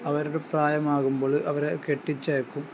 അവരുടെ പ്രായമാകുമ്പോള് അവരെ കെട്ടിച്ചയയ്ക്കും